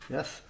Yes